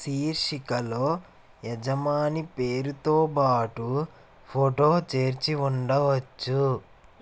శీర్షికలో యజమాని పేరుతోబాటు ఫొటో చేర్చి ఉండవచ్చు